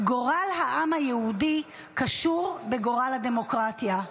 "גורל העם היהודי קשור בגורל הדמוקרטיה".